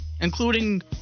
including